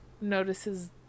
notices